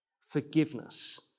Forgiveness